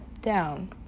down